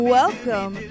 welcome